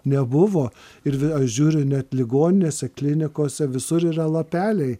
nebuvo ir aš žiūriu net ligoninėse klinikose visur yra lapeliai